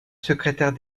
secrétaire